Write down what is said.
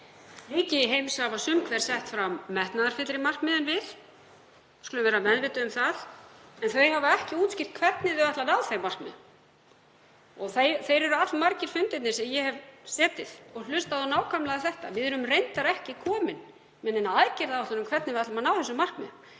Ríki heims hafa sum hver sett fram metnaðarfyllri markmið en við, við skulum vera meðvituð um það, en þau hafa ekki útskýrt hvernig þau ætla að ná þeim markmiðum. Þeir eru allmargir fundirnir sem ég hef setið og hlustað á nákvæmlega þetta: Við erum reyndar ekki komin með neina aðgerðaáætlun um hvernig við ætlum að ná þessum markmiðum.